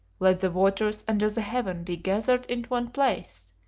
let the waters under the heaven be gathered into one place,